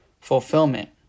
fulfillment